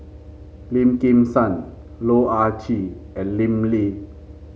Lim Kim San Loh Ah Chee and Lim Lee